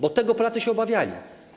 Bo tego Polacy się obawiali.